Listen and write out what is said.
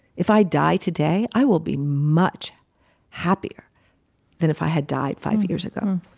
if i die today, i will be much happier than if i had died five years ago.